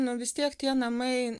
nu vis tiek tie namai